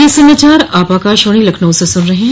ब्रे क यह समाचार आप आकाशवाणी लखनऊ से सुन रहे हैं